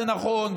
זה נכון,